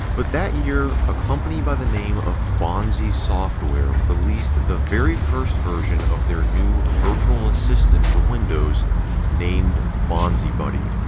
but that year, a company by the name of bonzi software released the very first version of their new virtual assistant for windows named bonzibuddy.